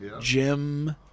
jim